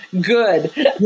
Good